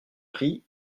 riz